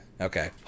Okay